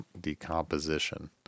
decomposition